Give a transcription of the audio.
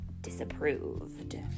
disapproved